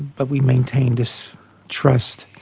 but we maintain this trust.